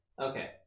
okay